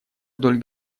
вдоль